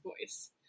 voice